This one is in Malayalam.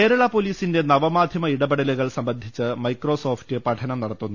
കേരള പൊലീസിന്റെ നവമാധ്യമ ഇടപെടലുകൾ സംബന്ധിച്ച് മൈക്രോസോഫ്റ്റ് പഠനം നടത്തുന്നു